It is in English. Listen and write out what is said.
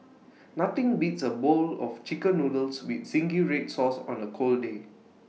nothing beats A bowl of Chicken Noodles with Zingy Red Sauce on A cold day